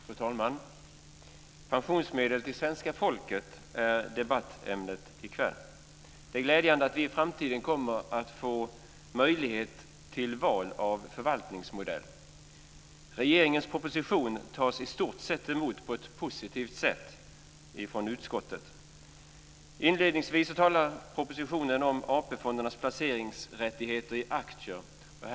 Fru talman! Pensionsmedel till svenska folket är debattämnet i kväll. Det är glädjande att vi i framtiden kommer att få möjlighet till val av förvaltningsmodell. Regeringens proposition tas i stort sett emot på ett positivt sätt från utskottet. Inledningsvis talar man i propositionen om AP fondernas placeringsrättigheter vad det gäller aktier.